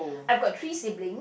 I've got three siblings